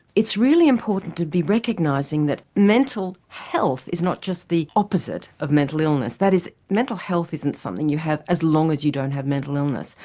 it's really important to be recognising that mental health is not just the opposite of mental illness. that is mental health isn't something you have as long as you don't have mental illness.